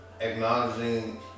acknowledging